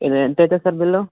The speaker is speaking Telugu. ఇది ఎంత అవుతుంది సార్ బిల్లు